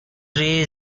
tree